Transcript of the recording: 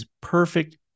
perfect